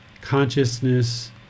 consciousness